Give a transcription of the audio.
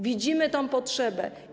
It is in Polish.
Widzimy tę potrzebę.